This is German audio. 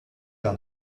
gar